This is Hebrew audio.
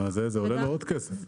זה הרבה מאוד כסף.